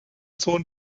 sohn